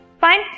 Fine